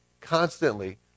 constantly